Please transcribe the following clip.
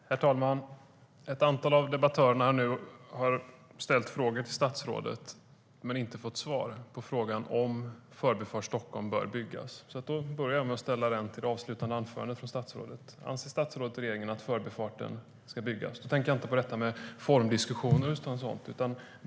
Herr talman! Ett antal av debattörerna har nu ställt frågor till statsrådet men inte fått svar på om Förbifart Stockholm bör byggas. Därför börjar jag med att ställa frågan inför det avslutande anförandet från statsrådet: Anser statsrådet och regeringen att Förbifarten ska byggas? Då tänker jag inte på formdiskussioner och sådant.